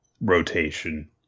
rotation